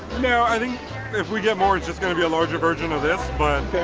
no i think if we get more its it's gonna be a larger version of this but